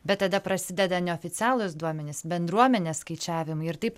bet tada prasideda neoficialūs duomenys bendruomenės skaičiavimai ir taip